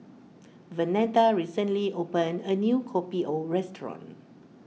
Vernetta recently opened a new Kopi O restaurant